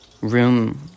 room